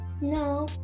No